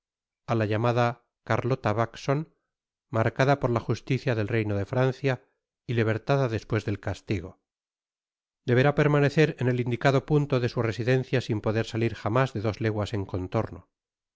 á la llamada carlota backson marcada por la justicia del reino de francia y libertada despues del castigo deberá permanecer en el indicado punto de su residencia sin poder satir jamás de dos leguas en contorno